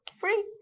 free